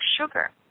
sugar